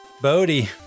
Bodhi